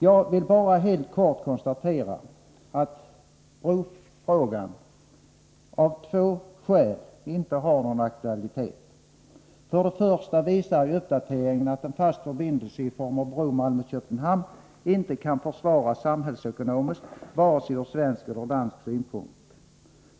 Jag vill bara helt kort konstatera att brofrågan av två skäl inte har någon aktualitet. För det första visar ju uppdateringen att en fast förbindelse i form av bro Malmö-Köpenhamn inte kan försvaras samhällsekonomiskt ur vare sig svensk eller dansk synpunkt.